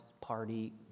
party